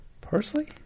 Parsley